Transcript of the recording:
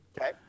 Okay